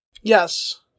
yes